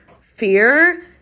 fear